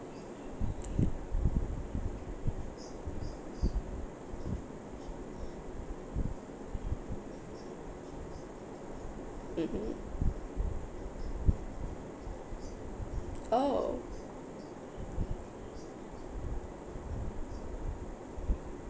mmhmm oh